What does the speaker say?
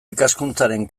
ikaskuntzaren